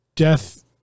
death